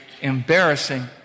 embarrassing